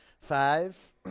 Five